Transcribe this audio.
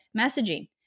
messaging